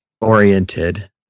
oriented